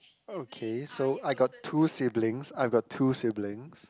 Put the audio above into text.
okay so I got two siblings I got two siblings